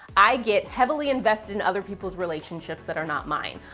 i get heavily invested in other people's relationships that are not mine.